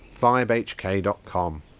vibehk.com